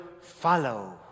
follow